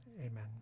amen